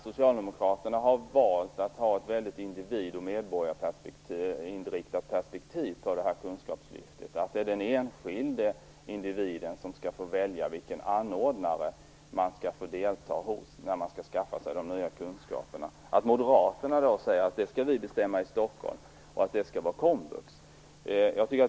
Socialdemokraterna har valt att ha ett väldigt individ och medborgarinriktat perspektiv på kunskapslyftet. Det är den enskilde individen som skall få välja vilken anordnare man skall delta hos när man skall skaffa sig nya kunskaper. Det är litet egendomligt att Moderaterna då säger att vi skall bestämma det i Stockholm och att det skall vara komvux.